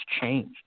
changed